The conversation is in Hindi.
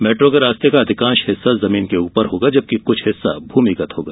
मेट्रो के रास्ते का अधिकांश हिस्सा जमीन के ऊपर होगा जबकि कुछ हिस्सा भूमिगत होगा